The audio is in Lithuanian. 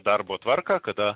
darbo tvarką kada